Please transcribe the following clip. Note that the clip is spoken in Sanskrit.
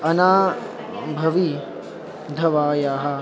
अनामविधवायाः